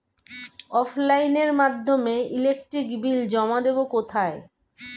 অফলাইনে এর মাধ্যমে ইলেকট্রিক বিল জমা দেবো কোথায়?